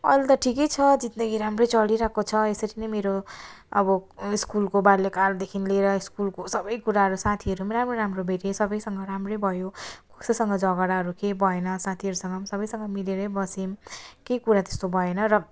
अहिले त ठिकै छ जिन्दगी राम्रै चलिरहेको छ यसरी नै मेरो अब स्कुलको बाल्यकालदेखि लिएर स्कुलको सबै कुराहरू साथीहरू पनि राम्रो राम्रो भेटेँ सबैसँग राम्रै भयो कसैसँग झगडाहरू केही भएन साथीहरूसँग पनि सबैसँग मिलेरै बस्यौँ केही कुरा त्यस्तो भएन र